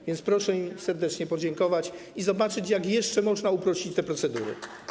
A więc proszę im serdecznie podziękować i zobaczyć, jak jeszcze można uprościć te procedury.